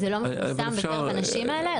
זה לא מפורסם בקרב הנשים האלה,